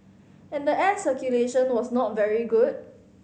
and the air circulation was not very good